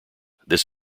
this